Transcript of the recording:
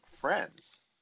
friends